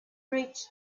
reached